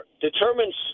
determines